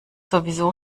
sowieso